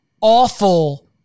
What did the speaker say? awful